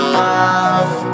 love